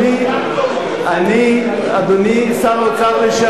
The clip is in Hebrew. אדוני שר החינוך.